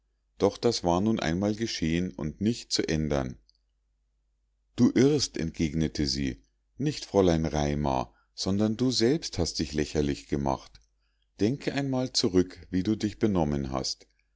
doch das war nun einmal geschehen und nicht zu ändern du irrst entgegnete sie nicht fräulein raimar sondern du selbst hast dich lächerlich gemacht denke einmal zurück wie du dich benommen hast